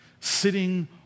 sitting